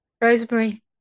Rosemary